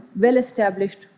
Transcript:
well-established